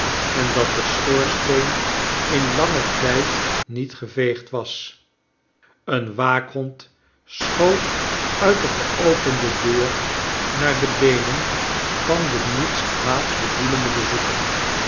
en dat de schoorsteen in langen tijd miet geveegd was een waakhond schoot uit de geopende deur naar de beenen van den niets kwaads bedoelenden bezoeker